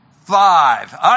five